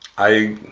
i,